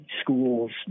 schools